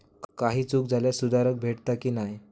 काही चूक झाल्यास सुधारक भेटता की नाय?